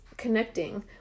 connecting